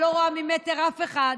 שלא רואה ממטר אף אחד,